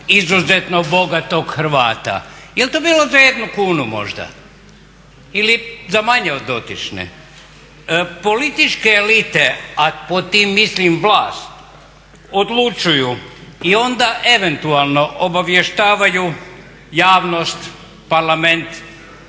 izuzetno bogatog Hrvata. Jel to bilo za jednu kunu možda ili za manje od dotične? Političke elite, a pod tim mislim vlast, odlučuju i onda eventualno obavještavaju javnost, Parlament